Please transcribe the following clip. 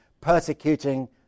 persecuting